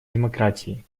демократии